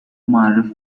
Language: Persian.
معرف